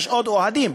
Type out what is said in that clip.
יש עוד אוהדים,